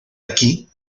aquí